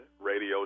radio